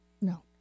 no